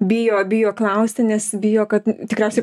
bijo bijo klausti nes bijo kad tikriausiai